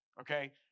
okay